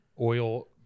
oil